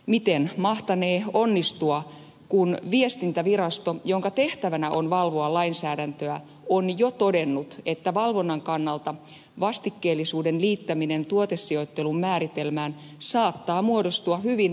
miten mahtanee onnistua kun viestintävirasto jonka tehtävänä on valvoa lainsäädäntöä on jo todennut että valvonnan kannalta vastikkeellisuuden liittäminen tuotesijoittelun määritelmään saattaa muodostua hyvin ongelmalliseksi